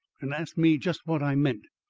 and asked me just what i meant.